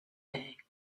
day